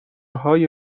های